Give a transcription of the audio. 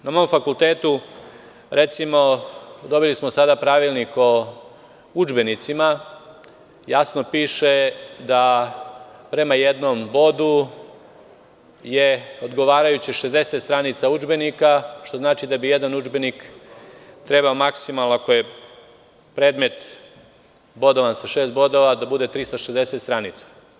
Na mom fakultetu, gledali smo sada pravilnik o udžbenicima i jasno piše da prema jednom bodu je odgovarajuće 60 stranica udžbenika, što znači da bi jedan udžbenik, trebao maksimum, recimo ako je predmet bodovan sa šest bodova da bude 360 stranica.